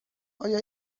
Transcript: آیا